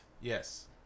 Yes